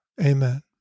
Amen